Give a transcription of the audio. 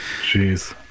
Jeez